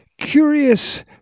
curious